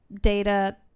data